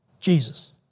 Jesus